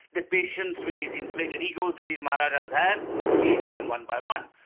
the patience with these inflated egos that these maharajahs have, to deal with them one by one.